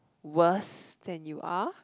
worse than you are